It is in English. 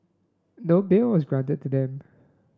no bail was granted to them